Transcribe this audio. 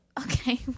okay